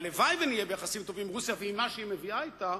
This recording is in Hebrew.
והלוואי שנהיה ביחסים טובים עם רוסיה ועם מה שהיא מביאה אתה,